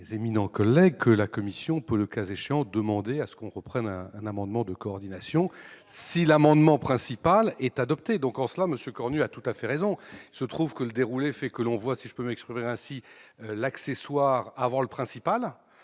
éminents collègues que la commission peut, le cas échéant, demander que l'on réexamine un amendement de coordination si l'amendement principal est adopté. En cela, M. Cornu a tout à fait raison. Il se trouve que le déroulement de la séance fait que l'on voit l'accessoire avant le principal,